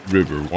River